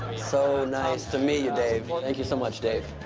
so nice to meet you, dave, thank you so much, dave.